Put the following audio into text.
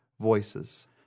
voices